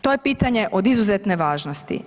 To je pitanje od izuzetne važnosti.